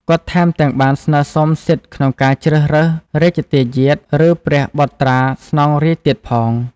គាត់ថែមទាំងបានស្នើសុំសិទ្ធិក្នុងការជ្រើសរើសរជ្ជទាយាទ ឬព្រះបុត្រាស្នងរាជ្យទៀតផង។